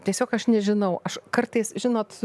tiesiog aš nežinau aš kartais žinot